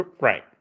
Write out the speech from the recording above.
Right